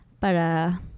para